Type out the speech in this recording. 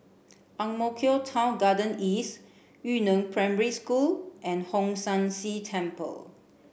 Ang Mo Kio Town Garden East Yu Neng Primary School and Hong San See Temple